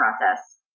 process